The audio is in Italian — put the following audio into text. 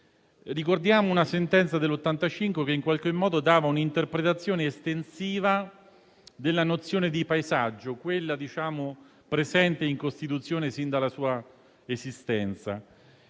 Ricordiamo una sentenza del 1985 che dava un'interpretazione estensiva della nozione di paesaggio, quella presente in Costituzione sin dalla sua esistenza.